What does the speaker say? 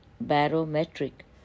barometric